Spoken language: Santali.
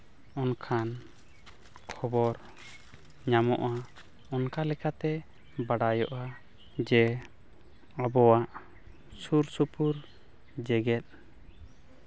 ᱚᱱᱠᱟᱱ ᱠᱷᱚᱵᱚᱨ ᱧᱟᱢᱚᱜᱼᱟ ᱚᱱᱠᱟ ᱞᱮᱠᱟᱛᱮ ᱵᱟᱰᱟᱭᱚᱜᱼᱟ ᱡᱮ ᱟᱵᱚᱣᱟᱜ ᱥᱩᱨ ᱥᱩᱯᱩᱨ ᱡᱮᱜᱮᱛ